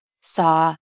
saw